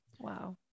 Wow